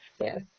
yes